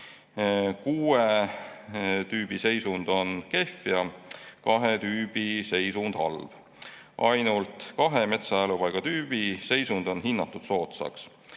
Kuue tüübi seisund on kehv ja kahe tüübi seisund on halb. Ainult kahe metsaelupaigatüübi seisund on hinnatud soodsaks.